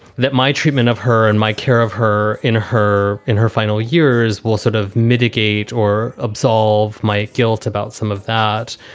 that my treatment of her and my care of her in her in her final years will sort of mitigate or absolve my guilt about some of that.